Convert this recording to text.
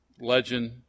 legend